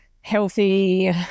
healthy